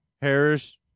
harris